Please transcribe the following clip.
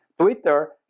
Twitter